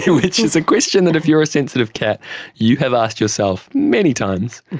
which is a question that if you're a sensitive cat you have asked yourself many times.